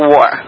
War